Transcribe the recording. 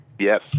Yes